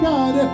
God